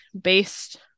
based